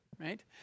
Right